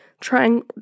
trying